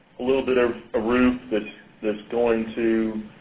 a little bit of a roof that's going to